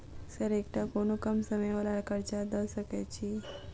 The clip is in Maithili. सर एकटा कोनो कम समय वला कर्जा दऽ सकै छी?